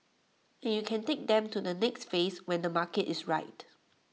and you can take them to the next phase when the market is right